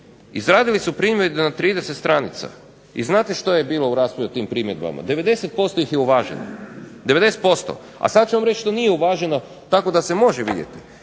Izradili su primjedbe na 30 stanica i znate što je bilo u tim primjedbama, 90% ih je uvaženo. A sada ću vam reći što nije uvaženo tako da se može vidjeti.